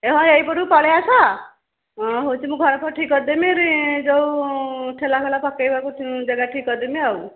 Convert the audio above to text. ହଁ ଏଇ ପଟକୁ ପଳେଇ ଆସ ହଁ ହଉଚି ଘର ଫର ଠିକ୍ କରି ଦେବି ଯୋଉଁ ଠେଲା ଫେଲା ପକେଇବାକୁ ଜାଗା ବି କରି ଦେବି ଆଉ